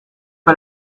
pas